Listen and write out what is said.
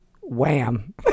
Wham